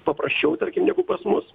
paprasčiau tarkim negu pas mus